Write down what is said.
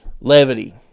Levity